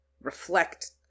reflect